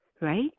right